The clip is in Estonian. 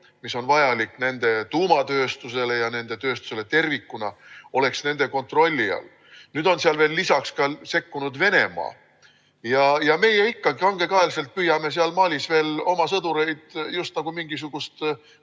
mis on vajalik nende tuumatööstusele ja nende tööstusele tervikuna, oleks nende kontrolli all. Nüüd on lisaks sekkunud ka Venemaa, ja meie ikka kangekaelselt püüame Malis oma sõdureid just nagu mingisugust